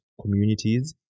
communities